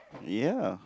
ya